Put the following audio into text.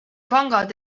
pangad